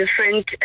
different